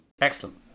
Excellent